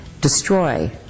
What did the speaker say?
destroy